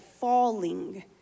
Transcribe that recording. falling